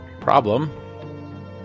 Problem